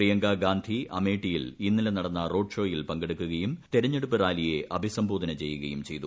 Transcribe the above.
പ്രിയങ്കാഗാന്ധി അമേഠിയിൽ ഇന്നലെ നടന്ന റോഡ് ഷോയിൽ പങ്കെടുക്കുകയും തെരെഞ്ഞടുപ്പ് റാലിയെ അഭിസംബോധന ചെയ്യുകയും ചെയ്തു